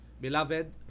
Beloved